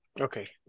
Okay